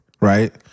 right